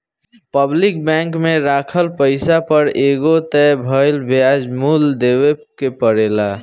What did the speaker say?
public bank में राखल पैसा पर एगो तय भइल ब्याज मूल्य देवे के परेला